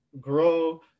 grow